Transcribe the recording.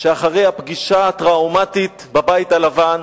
שאחרי הפגישה הטראומטית בבית הלבן,